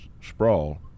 sprawl